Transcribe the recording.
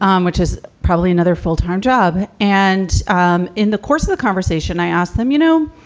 um which is probably another full time job. and um in the course of the conversation, i asked them, you know,